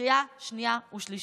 לקריאה שנייה ושלישית.